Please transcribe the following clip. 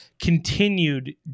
continued